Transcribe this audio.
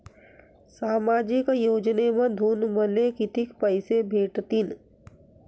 सामाजिक योजनेमंधून मले कितीक पैसे भेटतीनं?